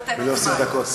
הגיע הדוקטור של הכנסת,